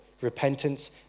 repentance